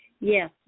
Yes